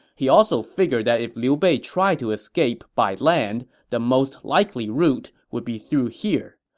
he also figured that if liu bei tried to escape by land, the most likely route would be through here.